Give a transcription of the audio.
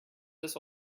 this